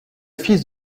fils